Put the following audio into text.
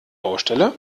baustelle